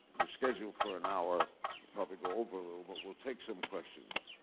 we're scheduled for an hour. we'll probably go over a little. but we'll take some questions.